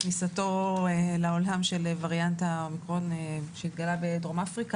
לכניסתו לעולם של וריאנט האומיקרון שהתגלה בדרום אפריקה.